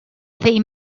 they